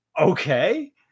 okay